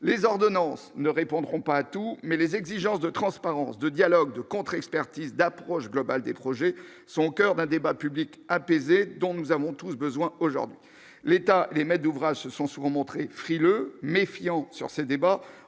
les ordonnances ne répondront pas à tous, mais les exigences de transparence, de dialogue, de contre-expertise d'approche globale des projets sont au coeur d'un débat public apaisée dont nous avons tous besoin, aujourd'hui, l'État est maître d'ouvrage se sont souvent montrés frileux, méfiant sur ces débats